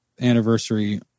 anniversary